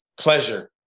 pleasure